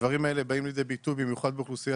הדברים האלה באים לידי ביטוי במיוחד באוכלוסייה